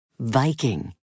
Viking